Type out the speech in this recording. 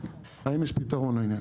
הם יש פתרון לעניין?